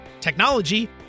technology